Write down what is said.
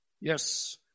Yes